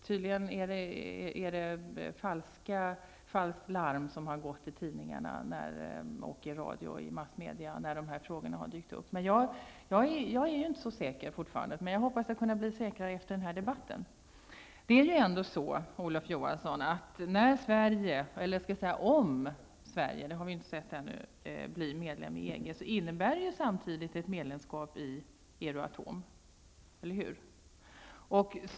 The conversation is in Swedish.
Tydligen har ett falskt larm gått i tidningarna, radio och annan massmedia när dessa frågor har dykt upp. Jag är dock inte så säker fortfarande, men jag hoppas kunna bli säkrare efter denna debatt. innebär det samtidigt ett medlemskap i Euratom, eller hur?